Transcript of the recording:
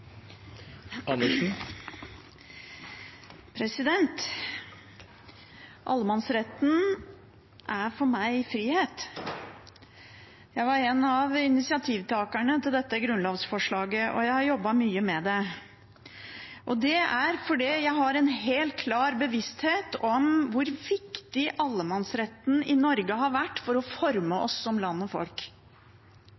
for meg frihet. Jeg var en av initiativtakerne til dette grunnlovsforslaget, og jeg har jobbet mye med det. Det er fordi jeg har en helt klar bevissthet om hvor viktig allemannsretten i Norge har vært for å forme